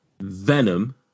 Venom